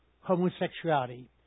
homosexuality